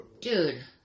Dude